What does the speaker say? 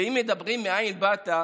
ואם מדברים על מאין באת,